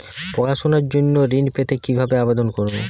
পড়াশুনা জন্য ঋণ পেতে কিভাবে আবেদন করব?